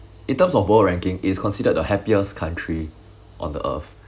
in terms of world ranking is considered the happiest country on the earth